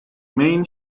main